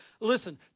listen